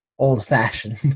old-fashioned